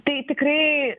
tai tikrai